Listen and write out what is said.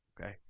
Okay